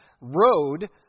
road